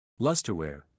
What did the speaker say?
Lusterware